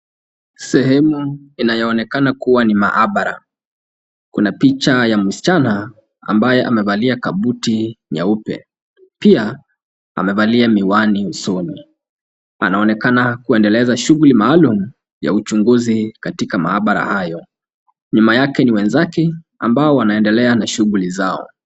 Sehemu inayo onekana kuwa ni maabara. Kuna picha ya msichana ambaye amevalia kabuti nyeupe. Pia amevalia miwani usoni. Anaonekana kuendeleza shughuli maalum ya uchunguzi katika maabara hayo. Nyuma yake ni wenzake ambao wanaendelea na shughuli zao.